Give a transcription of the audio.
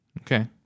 Okay